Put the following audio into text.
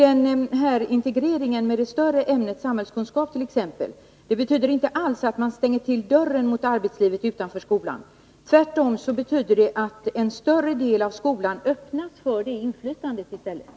Integreringen med t.ex. det större ämnet samhällskunskap betyder inte alls att man stänger till dörren mot arbetslivet utanför skolan. Tvärtom betyder det att en större del av skolan öppnas för inflytande därifrån.